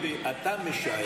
דודי, אתה משער.